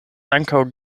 ankaŭ